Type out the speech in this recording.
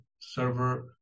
server